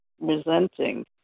resenting